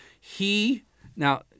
he—now